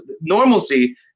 Normalcy